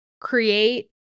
create